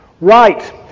Right